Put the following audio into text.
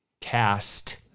cast